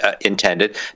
intended